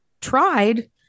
tried